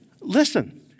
Listen